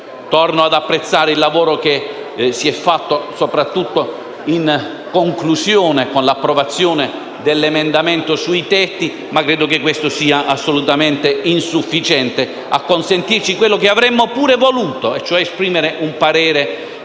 Torno ad apprezzare il lavoro che si è fatto soprattutto in conclusione, con l'approvazione dell'emendamento sui tetti, ma credo che questo sia assolutamente insufficiente a consentirci quello che avremmo pure voluto fare e cioè esprimere un parere